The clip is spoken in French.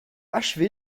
achevé